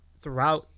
throughout